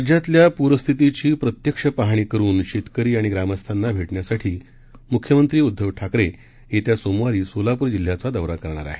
राज्यातील पूरस्थितीची प्रत्यक्ष पाहणी करून शेतकरी ग्रामस्थांना भेटण्यासाठी मुख्यमंत्री उद्दव ठाकरे येत्या सोमवारी सोलापूर जिल्ह्याचा दौरा करणार आहेत